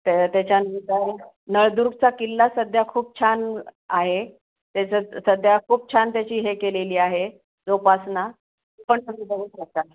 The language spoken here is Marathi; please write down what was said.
तर त्याच्यानंतर नळदूर्गचा किल्ला सध्या खूप छान आहे त्याचं सध्या खूप छान त्याची हे केलेली आहे जोपासना तो पण तुम्ही बघू शकता